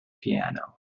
piano